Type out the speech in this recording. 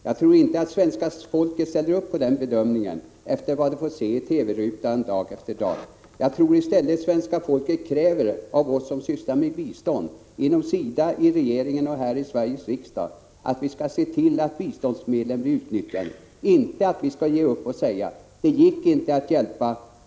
Jag tror inte att svenska folket ställer upp på den bedömningen, efter vad de får se i TV-rutan dag efter dag. Jag tror i stället att svenska folket kräver av oss som sysslar med bistånd — inom SIDA, i regeringen och här i Sveriges riksdag — att vi skall se till så att biståndsmedlen blir utnyttjade, inte att vi skall ge upp och säga: ”Det gick inte att hjälpa.